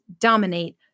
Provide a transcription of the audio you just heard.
dominate